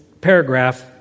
paragraph